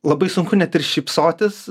labai sunku net ir šypsotis